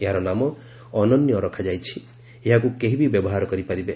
ଏହାର ନାମ 'ଅନନ୍ୟ' ରଖାଯାଇଛି ଓ ଏହାକୁ କେହିବି ବ୍ୟବହାର କରିପାରିବେ